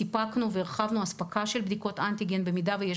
סיפקנו והרחבנו את האספקה של בדיקות אנטיגן במידה ויש